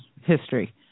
history